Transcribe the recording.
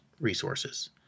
resources